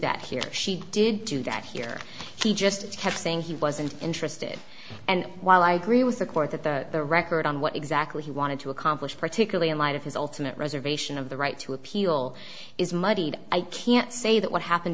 that here she did do that here he just kept saying he wasn't interested and while i agree with the court that the record on what exactly he wanted to accomplish particularly in light of his ultimate reservation of the right to appeal is muddied i can't say that what happened